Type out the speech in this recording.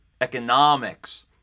economics